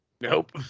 Nope